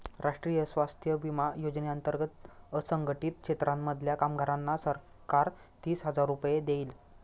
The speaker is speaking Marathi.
राष्ट्रीय स्वास्थ्य विमा योजने अंतर्गत असंघटित क्षेत्रांमधल्या कामगारांना सरकार तीस हजार रुपये देईल